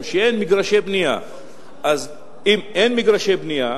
אם אין מגרשי בנייה,